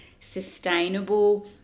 sustainable